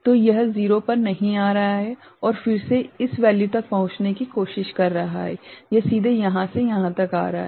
तो यह 0 पर नहीं आ रहा है और फिर से इस वैल्यूतक पहुंचने की कोशिश कर रहा है यह सीधे यहां से यहां तक आ रहा है